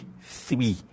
three